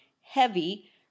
heavy